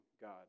God